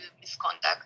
misconduct